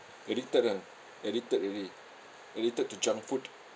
addicted ah addicted already addicted to junk food